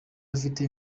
afite